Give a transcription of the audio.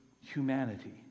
humanity